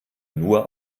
nur